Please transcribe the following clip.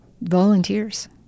volunteers